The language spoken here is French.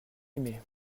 aimé